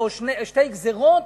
או שתי גזירות,